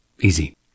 Easy